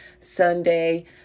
Sunday